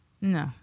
no